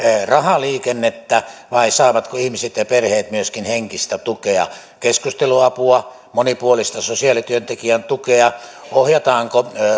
rahaliikennettä vai saavatko ihmiset ja perheet myöskin henkistä tukea keskusteluapua monipuolista sosiaalityöntekijän tukea ohjeita